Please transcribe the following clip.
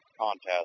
contest